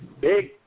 big